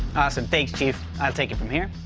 awesome, thanks, chief. i'll take it from here.